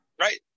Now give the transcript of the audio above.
Right